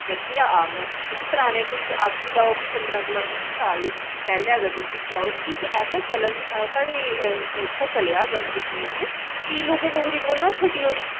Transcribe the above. जां कियां आखङन कि पुराने कुछ आक्खी लैओ ते पंदरां कोला बीह् साल शा पैह्लैं तुस दिक्खी लैओ ते इक ऐसा चलन इत्थै चलेआ ऐ साढे जम्मू कश्मीर च कि लोकें डोगरी बोलना गै छड़्ड़ी ओड़ी